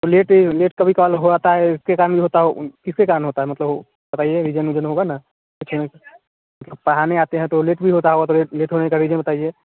तो late late कभी call हो जाता है उसके कारण भी होता है किसके कारण होता है मतलब वह बताइए रीजन विजन होगा ना अच्छा पढ़ाने आते हैं तो लेट भी होता होगा तो लेट लेट होने की रीजन बताइए